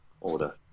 order